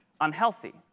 unhealthy